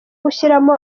gushyiramo